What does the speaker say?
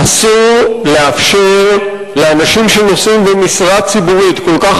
אסור לאפשר לאנשים שנושאים במשרה ציבורית כל כך